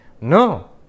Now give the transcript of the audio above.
No